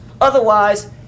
otherwise